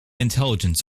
intelligence